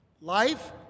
Life